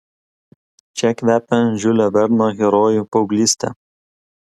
čia kvepia žiulio verno herojų paauglyste